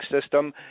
system